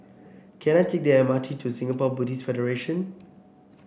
can I take the M R T to Singapore Buddhist Federation